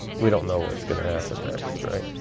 we don't know what's going to happen next. right?